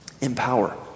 Empower